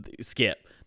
skip